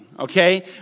Okay